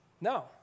No